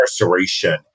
incarceration